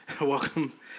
Welcome